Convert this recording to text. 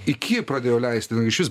iki pradėjo leist ten išvis